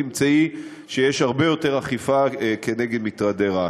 תמצאי שיש הרבה יותר אכיפה כנגד מטרדי רעש.